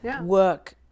work